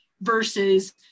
versus